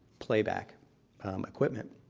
playback equipment.